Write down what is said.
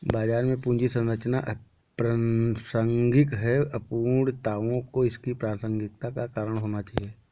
बाजार में पूंजी संरचना अप्रासंगिक है, अपूर्णताओं को इसकी प्रासंगिकता का कारण होना चाहिए